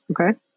Okay